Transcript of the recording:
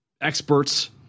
experts